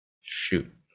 shoot